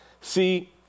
See